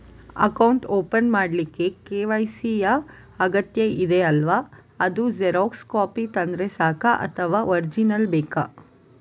Account open ಮಾಡ್ಲಿಕ್ಕೆ KYC ಯಾ ಅಗತ್ಯ ಇದೆ ಅಲ್ವ ಅದು ಜೆರಾಕ್ಸ್ ಕಾಪಿ ತಂದ್ರೆ ಸಾಕ ಅಥವಾ ಒರಿಜಿನಲ್ ಬೇಕಾ?